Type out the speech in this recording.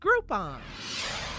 Groupon